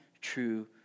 true